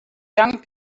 young